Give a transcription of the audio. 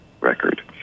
record